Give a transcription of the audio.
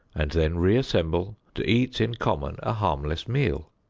and then re-assemble, to eat in common a harmless meal.